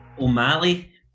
O'Malley